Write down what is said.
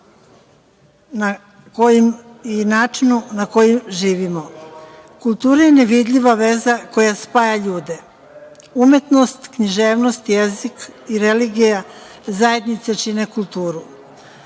i načinu na koji živimo. Kultura je nevidljiva veza koja spaja ljude. Umetnost, književnost, jezik i religija zajedno čine kulturu.